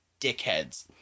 dickheads